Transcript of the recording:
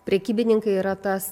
prekybininkai yra tas